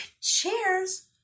Cheers